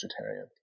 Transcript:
vegetarian